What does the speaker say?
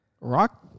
Rock